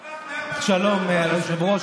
שלום, אדוני היושב-ראש.